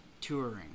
touring